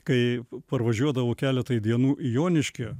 kai parvažiuodavau keletai dienų į joniškį